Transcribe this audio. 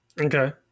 okay